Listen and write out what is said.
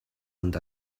and